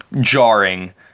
jarring